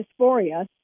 dysphoria